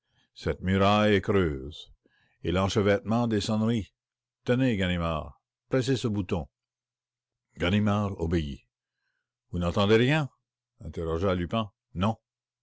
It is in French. cette muraille est creuse et l'enchevêtrement des sonneries tenez ganimard pressez ce bouton ganimard obéit vous n'entendez rien non